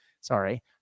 Sorry